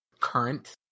current